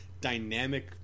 dynamic